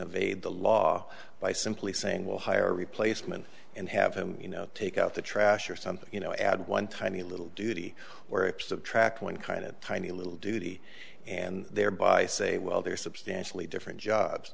evade the law by simply saying we'll hire a replacement and have him you know take out the trash or something you know add one tiny little duty or ups of tract one kind of tiny little duty and thereby say well there are substantially different jobs